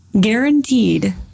Guaranteed